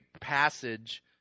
passage